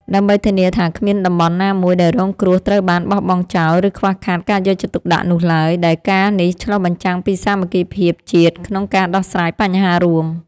ដើម្បីធានាថាគ្មានតំបន់ណាមួយដែលរងគ្រោះត្រូវបានបោះបង់ចោល ឬខ្វះខាតការយកចិត្តទុកដាក់នោះឡើយ ដែលការណ៍នេះឆ្លុះបញ្ចាំងពីសាមគ្គីភាពជាតិក្នុងការដោះស្រាយបញ្ហារួម។